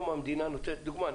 לדוגמה,